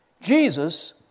Jesus